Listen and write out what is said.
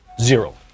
zero